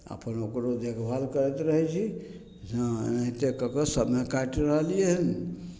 अपन ओकरो देखभाल करैत रहै छी हँ एनाहिते कऽ कऽ समय काटि रहलिए हँ